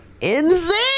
insane